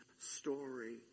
story